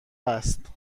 است